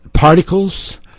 particles